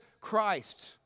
Christ